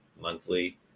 monthly